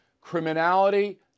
Criminality